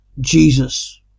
Jesus